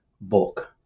book